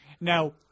Now